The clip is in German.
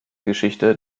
geschichte